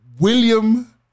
William